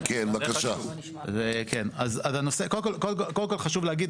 קודם כל חשוב להגיד,